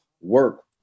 work